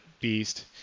beast